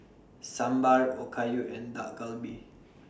Sambar Okayu and Dak Galbi